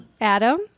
Adam